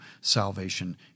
salvation